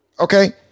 okay